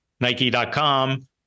Nike.com